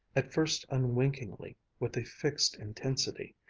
at first unwinkingly, with a fixed intensity,